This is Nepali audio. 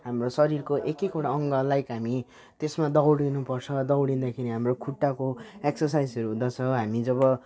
हाम्रो शरीरको एक एकवटा अङ्ग लाइक हामी त्यसमा दौडिनु पर्छ दौडिँदाखेरि हाम्रो खुट्टाको एक्सर्साइजहरू हुँदछ हामी जब